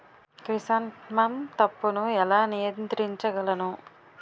Chrysanthemum తప్పును ఎలా నియంత్రించగలను?